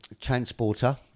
transporter